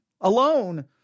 alone